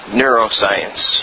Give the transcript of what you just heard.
neuroscience